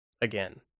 again